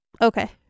Okay